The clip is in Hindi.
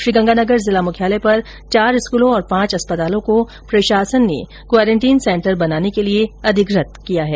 श्रीगंगानगर जिला मुख्यालय पर चार स्कूलों और पांच अस्पतालों को प्रशासन ने क्वारेंटीन सेन्टर बनाने के लिए अधिग्रहित किया है